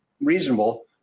reasonable